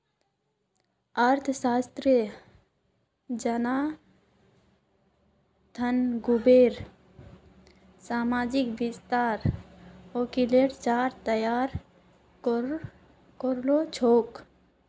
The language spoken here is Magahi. अर्थशास्त्री जोनाथन ग्रुबर सावर्जनिक वित्तेर आँकलनेर ढाँचा तैयार करील छेक